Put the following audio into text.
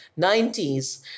90s